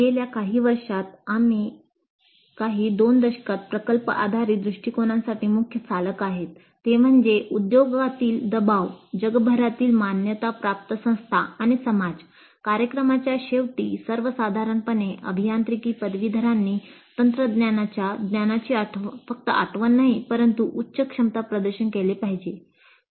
गेल्या काही वर्षांत काही दोन दशकात प्रकल्प आधारित दृष्टिकोनासाठी मुख्य चालक आहेत ते म्हणजे उद्योगातील दबाव जगभरातील मान्यताप्राप्त संस्था आणि समाज कार्यक्रमाच्या शेवटी सर्वसाधारणपणे अभियांत्रिकी पदवीधरांनी तंत्रज्ञानाच्या ज्ञानाची फक्त आठवण नाही परंतु उच्च क्षमता प्रदर्शन केले पाहिजे